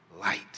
light